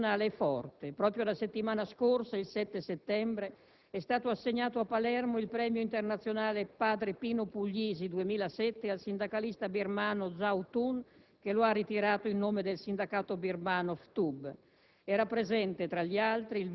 Ma la solidarietà internazionale è forte. Proprio la settimana scorsa, il 7 settembre, è stato assegnato a Palermo il Premio internazionale «Padre Pino Puglisi» 2007 al sindacalista birmano Zaw Tun, che lo ha ritirato in nome del sindacato birmano FTUB.